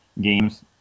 Games